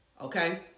Okay